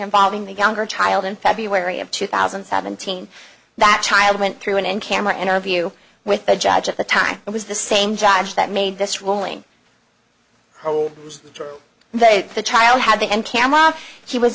involving the younger child in february of two thousand and seventeen that child went through and in camera interview with the judge at the time it was the same judge that made this ruling the the trial had the end camera he was